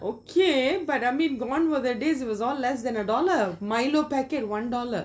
okay but I mean the ones of ours days were all less than a dollar milo packet one dollar